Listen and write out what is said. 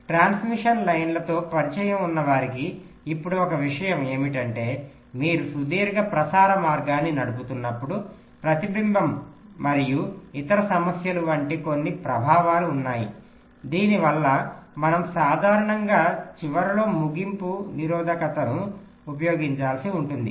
transmission లైన్లతో పరిచయం ఉన్నవారికి ఇప్పుడు ఒక విషయం ఏమిటంటే మీరు సుదీర్ఘ ప్రసార మార్గాన్ని నడుపుతున్నప్పుడు ప్రతిబింబం మరియు ఇతర సమస్యలు వంటి కొన్ని ప్రభావాలు ఉన్నాయి దీనివల్ల మనం సాధారణంగా చివరిలో ముగింపు నిరోధకతను ఉపయోగించాల్సి ఉంటుంది